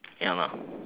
ya ma